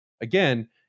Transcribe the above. again